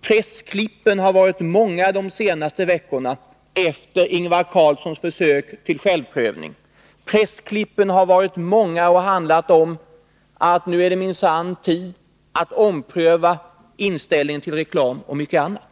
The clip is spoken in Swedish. Pressklippen har varit många de senaste veckorna efter Ingvar Carlssons försök till självprövning. De har bl.a. handlat om att det nu är tid för socialdemokratin att ompröva inställningen till reklam och mycket annat.